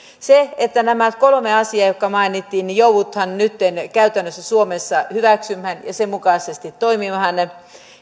nämä kolme asiaa jotka mainitsin käytännössä joudutaan nytten suomessa hyväksymään ja sen mukaisesti toimimaan